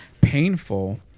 painful